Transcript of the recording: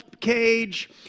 cage